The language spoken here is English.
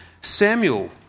Samuel